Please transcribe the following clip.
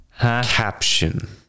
Caption